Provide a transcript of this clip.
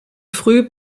früh